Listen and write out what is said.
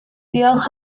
diolch